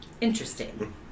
interesting